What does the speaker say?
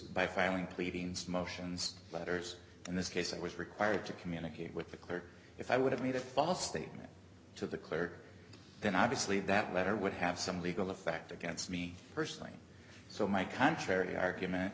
by filing pleadings motions letters in this case i was required to communicate with the clerk if i would have made a false statement to the clerk then obviously that letter would have some legal effect against me personally so my contrary argument